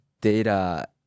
data